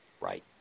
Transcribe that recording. Right